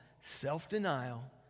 self-denial